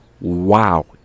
wow